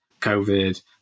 COVID